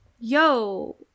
Yo